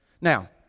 Now